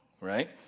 right